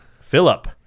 Philip